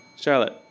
Charlotte